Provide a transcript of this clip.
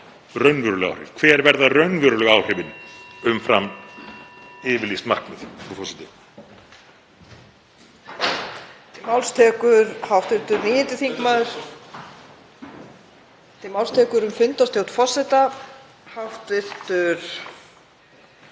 raunveruleg áhrif. Hver verða raunverulegu áhrifin umfram yfirlýst markmið,